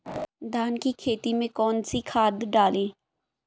धान की खेती में कौन कौन सी खाद डालें?